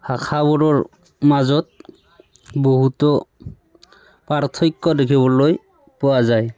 ভাষাবোৰৰ মাজত বহুতো পাৰ্থক্য দেখিবলৈ পোৱা যায়